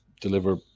deliver